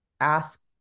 ask